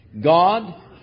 God